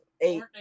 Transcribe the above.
Eight